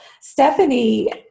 Stephanie